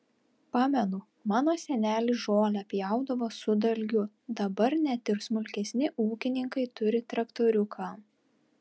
pamenu mano senelis žolę pjaudavo su dalgiu dabar net ir smulkesni ūkininkai turi traktoriuką